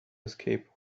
escape